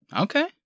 Okay